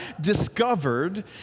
discovered